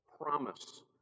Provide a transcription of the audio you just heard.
promise